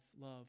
love